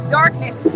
darkness